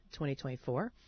2024